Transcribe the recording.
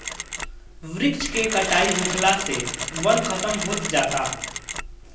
वृक्ष के कटाई होखला से वन खतम होत जाता